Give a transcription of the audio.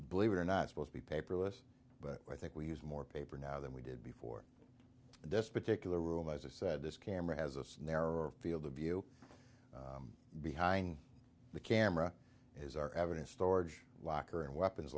believe it or not supposed to be paperless but i think we use more paper now than we did before this particular room as i said this camera has a snare or field of view behind the camera is our evidence storage locker and weapons